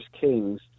Kings